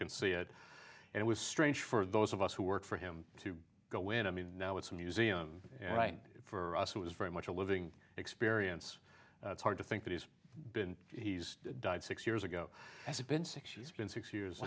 can see it and it was strange for those of us who work for him to go in i mean now it's a museum right for us it was very much a living experience it's hard to think that he's been he's died six years ago has been six years